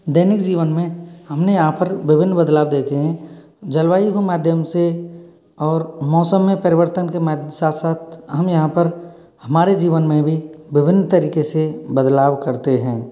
दैनिक जीवन में हमने यहाँ पर विभिन्न बदलाव देखे हैं जलवायु के माध्यम से और मौसम में परिवर्तन के साथ साथ हम यहाँ पर हमारे जीवन में भी विभिन्न तरीके से बदलाव करते हैं